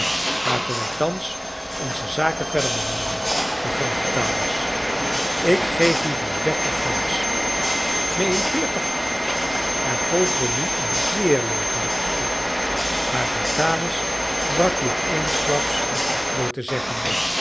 laten wij thans onze zaken verder behandelen begon vitalis ik geef u dus dertig francs neen veertig er volgde nu een zeer levendig gesprek maar vitalis brak dit eensklaps af door te zeggen